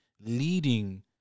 leading